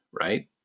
right